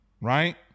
Right